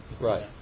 Right